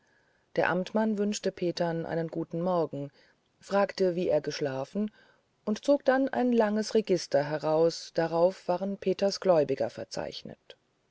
der amtmann wünschte petern einen guten morgen fragte wie er geschlafen und zog dann ein langes register heraus und darauf waren peters gläubiger verzeichnet